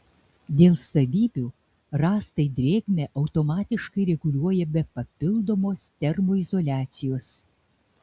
dėl savybių rąstai drėgmę automatiškai reguliuoja be papildomos termoizoliacijos